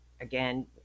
again